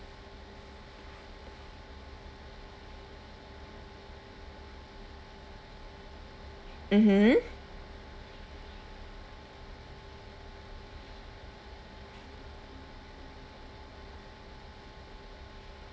mmhmm